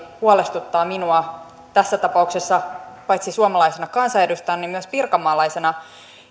huolestuttaa minua tässä tapauksessa paitsi suomalaisena kansanedustajana myös pirkanmaalaisena